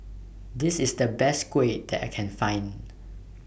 This IS The Best Kuih that I Can Find